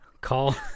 Call